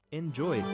enjoy